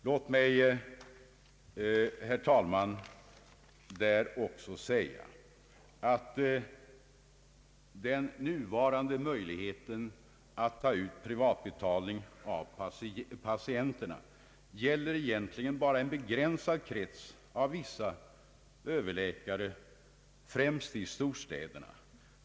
Låt mig, herr talman, också få säga att den nuvarande möjligheten att ta ut privatbetalning av patienterna egentligen bara gäller en begränsad krets av överläkare, främst i storstäderna.